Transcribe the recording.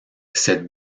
cette